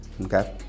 okay